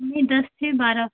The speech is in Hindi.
नहीं दस से बारह